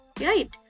Right